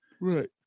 right